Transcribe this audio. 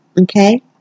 Okay